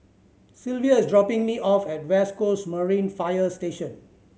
Sylvia is dropping me off at West Coast Marine Fire Station